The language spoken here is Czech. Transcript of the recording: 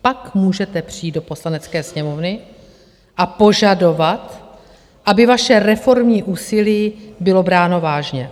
Pak můžete přijít do Poslanecké sněmovny a požadovat, aby vaše reformní úsilí bylo bráno vážně.